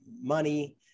money